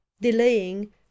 Delaying